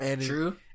True